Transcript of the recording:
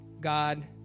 God